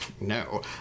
no